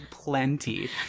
plenty